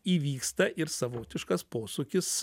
įvyksta ir savotiškas posūkis